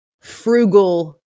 frugal